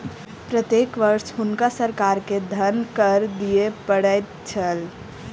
प्रत्येक वर्ष हुनका सरकार के धन कर दिअ पड़ैत छल